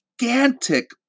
gigantic